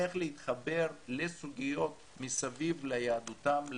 איך להתחבר לסוגיות מסביב ליהדותם,